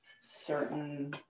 certain